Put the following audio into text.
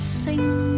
sing